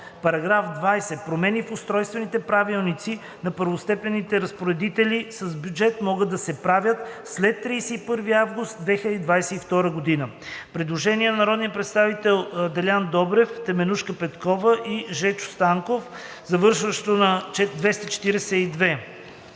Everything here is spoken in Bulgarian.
ал. 1. § 20. Промени в устройствените правилници на първостепенните разпоредители с бюджет могат да се правят след 31 август 2022 г.“ Предложение на народните представители Делян Добрев, Теменужка Петкова и Жечо Станков, завършващо на 242.